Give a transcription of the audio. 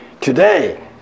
Today